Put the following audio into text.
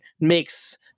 makes